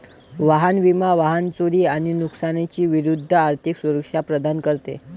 वाहन विमा वाहन चोरी आणि नुकसानी विरूद्ध आर्थिक सुरक्षा प्रदान करते